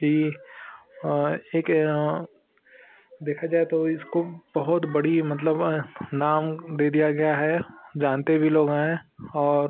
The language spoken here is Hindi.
कि एक देखा जाए तो इसको बहुत बड़ा मतलब नाम दे दिया गया है जानते भी लोग हैं और